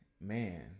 Man